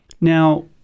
Now